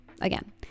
again